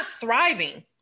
thriving